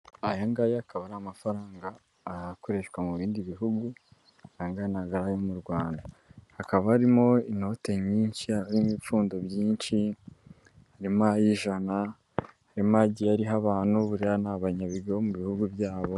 Aya ngaya akaba ari amafaranga akoreshwa mu bindi bihugu, aya ngaya ntago ariamanyarwanda. Hakaba harimo inote nyinshi, harimo ibipfundo byinshi, harimo ay'ijana, hariomo agiye ariho abantu, buriya ni abanyabigwi bo mubihugu byabo.